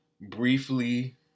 briefly